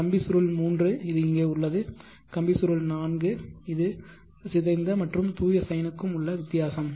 கம்பிச்சுருள் 3 இது இங்கே உள்ளது கம்பிச்சுருள் 4 இது சிதைந்த மற்றும் தூய சைனுக்கும் உள்ள வித்தியாசம்